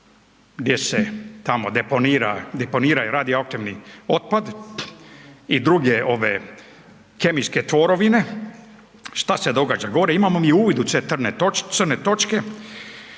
gdje se deponiraju radioaktivni otpad i druge kemijske tvorevine šta se događa gore? Imamo mi uvid u te crne točke,